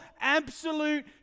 absolute